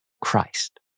Christ